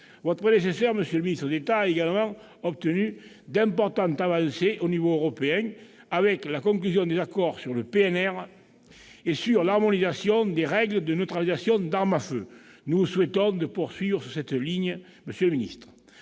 Votre prédécesseur, monsieur le ministre d'État, a également obtenu d'importantes avancées au niveau européen, avec la conclusion des accords sur le PNR, le, et sur l'harmonisation des règles de neutralisation d'armes à feu. Nous vous souhaitons de poursuivre sur cette ligne ! Beaucoup